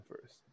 first